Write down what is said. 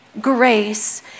grace